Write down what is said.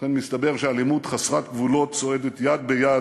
ובכן, מסתבר שאלימות חסרת גבולות צועדת יד ביד